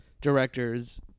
directors